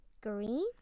Green